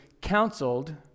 counseled